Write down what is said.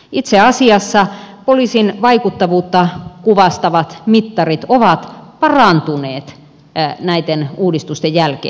itse asiassa poliisin vaikuttavuutta kuvastavat mittarit ovat parantuneet näiden uudistusten jälkeen